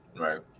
Right